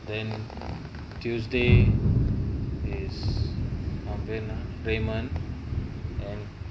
then tuesday raymond and